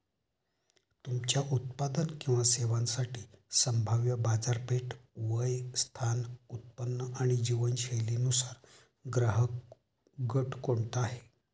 तुमच्या उत्पादन किंवा सेवांसाठी संभाव्य बाजारपेठ, वय, स्थान, उत्पन्न आणि जीवनशैलीनुसार ग्राहकगट कोणता आहे?